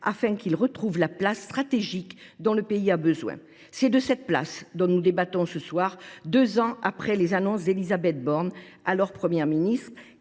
afin qu'ils retrouvent la place stratégique dont le pays a besoin. C'est de cette place dont nous débattons ce soir, deux ans après les annonces d'Elisabeth Borne, alors Premier ministre,